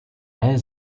mel